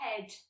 head